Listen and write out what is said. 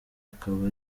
akaba